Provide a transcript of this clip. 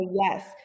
yes